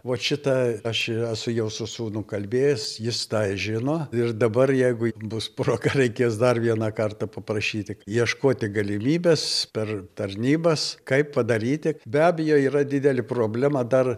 vot šitą aš esu jau sūnum kalbėjės jis tą žino ir dabar jeigu bus proga reikės dar vieną kartą paprašyti ieškoti galimybės per tarnybas kaip padaryti be abejo yra didelė problema dar